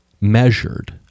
measured